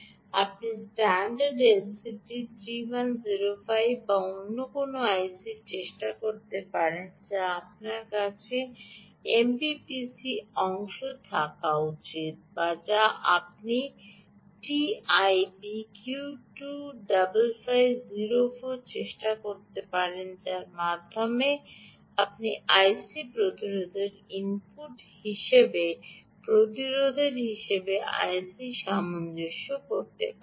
আপনি standard LTC 3105 বা অন্য কোনও আইসির চেষ্টা করতে চাইতে পারেন যা আপনার জন্য এমপিপিসি অংশ থাকা উচিত বা আপনি টিআই বিকিউ 25504 চেষ্টা করতে পারেন যার মাধ্যমে আপনি আইসি প্রতিরোধের ইনপুট প্রতিরোধের হিসাবে আইসি সামঞ্জস্য করতে পারেন